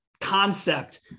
concept